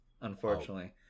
unfortunately